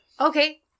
Okay